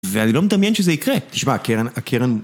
ואני לא מדמיין שזה יקרה. תשמע, הקרן...